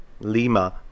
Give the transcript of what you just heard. lima